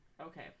okay